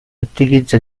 utilizza